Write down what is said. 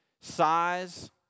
size